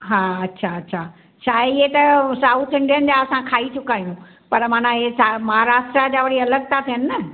हा अच्छा अच्छा छा इहे त साउथ इंडियन जा असां खाई चुका आहियूं पर माना इहा महाराष्ट्र जा वरी अलॻि था थियनि न